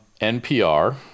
NPR